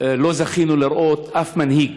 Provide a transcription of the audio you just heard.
לא זכינו לראות אף מנהיג